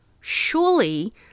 surely